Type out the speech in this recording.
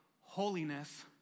holiness